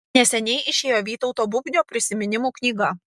neseniai išėjo vytauto bubnio prisiminimų knyga